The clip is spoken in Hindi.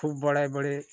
खूब बड़े बड़े